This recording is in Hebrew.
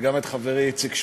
וגם את חברי איציק שמולי,